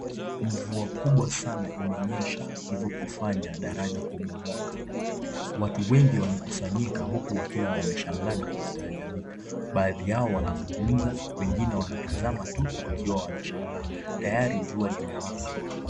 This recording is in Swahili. Mvua kubwa sana imenyesha, hivo kufanya daraja kubomoka. Watu wengi wamekusanyika huku wakiwa wameshangaa na kustaajabika. Baadhi yao wanazungumza wengine wanatazama tu wakiwa wanashangaa. Tayari jua limewaka.